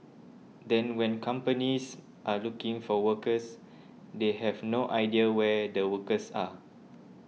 then when companies are looking for workers they have no idea where the workers are